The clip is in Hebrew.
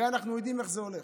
הרי אנחנו יודעים איך זה הולך: